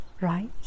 Right